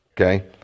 Okay